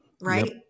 right